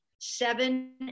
seven